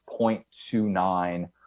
0.29